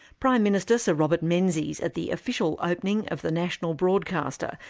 prime minister sir robert menzies at the official opening of the national broadcaster,